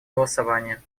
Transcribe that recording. голосования